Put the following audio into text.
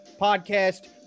Podcast